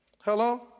Hello